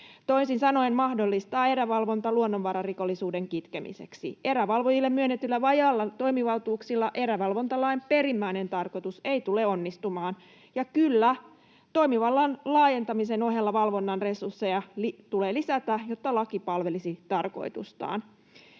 toisin sanoen mahdollistaa erävalvonta luonnonvararikollisuuden kitkemiseksi. Erävalvojille myönnetyillä vajailla toimivaltuuksilla erävalvontalain perimmäinen tarkoitus ei tule onnistumaan, ja kyllä toimivallan laajentamisen ohella valvonnan resursseja tulee lisätä, jotta laki palvelisi tarkoitustaan.